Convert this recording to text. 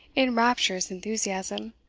in rapturous enthusiasm,